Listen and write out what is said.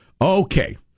Okay